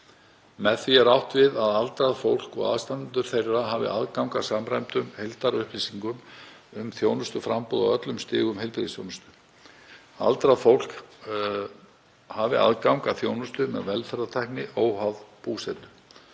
Með því er átt við að aldrað fólk og aðstandendur þess hafi aðgang að samræmdum heildarupplýsingum um þjónustuframboð á öllum stigum heilbrigðisþjónustu. Aldrað fólk hafi aðgang að þjónustu með velferðartækni óháð búsetu.